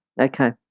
Okay